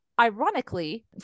ironically